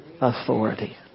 authority